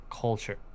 Culture